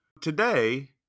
today